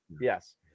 Yes